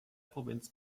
provinz